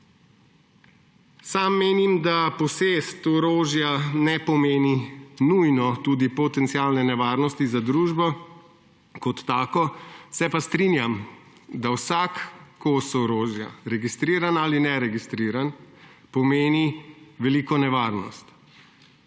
Sam menim, da posest orožja ne pomeni nujno tudi potencialne nevarnosti za družbo kot tako, se pa strinjam, da vsak kos orožja, registriran ali neregistriran, pomeni veliko nevarnost,